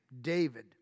David